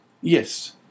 Yes